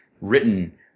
written